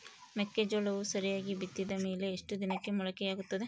ಮೆಕ್ಕೆಜೋಳವು ಸರಿಯಾಗಿ ಬಿತ್ತಿದ ಮೇಲೆ ಎಷ್ಟು ದಿನಕ್ಕೆ ಮೊಳಕೆಯಾಗುತ್ತೆ?